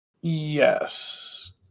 Yes